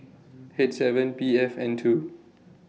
H seven P F N two